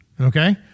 okay